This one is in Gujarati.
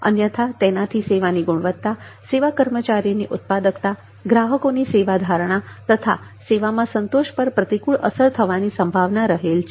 અન્યથા તેની સેવા ગુણવત્તા સેવા કર્મચારીની ઉત્પાદકતા ગ્રાહકોના સેવા ધારણા તથા સેવામાં સંતોષ પર પ્રતિકૂળ અસર થવાની સંભાવના રહેલ છે